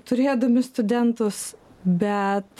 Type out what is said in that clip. turėdami studentus bet